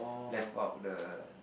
left out the